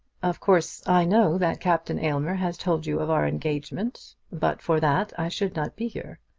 of course i know that captain aylmer has told you of our engagement. but for that, i should not be here.